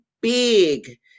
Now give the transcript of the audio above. big